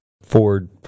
Ford